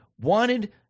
wanted